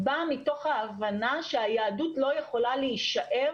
באה מתוך ההבנה שהיהדות לא יכולה להישאר